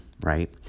right